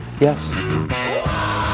Yes